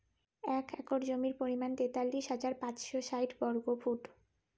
এক একর জমির পরিমাণ তেতাল্লিশ হাজার পাঁচশ ষাইট বর্গফুট